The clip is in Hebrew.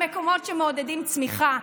במקומות שמעודדים צמיחה,